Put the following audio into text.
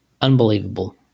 Unbelievable